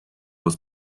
was